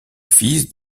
fils